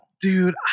Dude